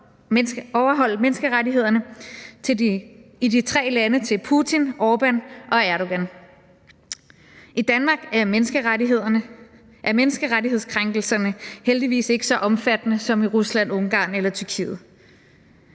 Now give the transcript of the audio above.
overholde menneskerettighederne i de tre lande til Putin, Orbán og Erdogan. I Danmark er menneskerettighedskrænkelserne heldigvis ikke så omfattende som i Rusland, Ungarn eller Tyrkiet,